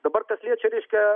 dabar kas liečia reiškia